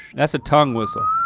that's a tongue whistle.